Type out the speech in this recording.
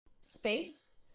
space